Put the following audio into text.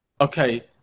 okay